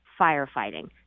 firefighting